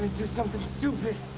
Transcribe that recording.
do something stupid.